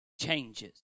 changes